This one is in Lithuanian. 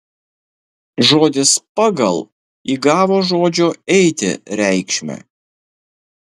žodis pagal įgavo žodžio eiti reikšmę